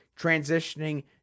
transitioning